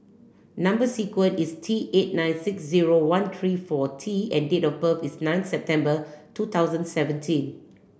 number sequence is T eight nine six zero one three four T and date of birth is nine September two thousand seventeen